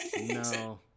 No